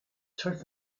turf